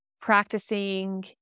practicing